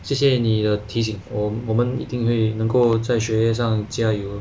谢谢你的提醒我我们一定会能够在学业上加油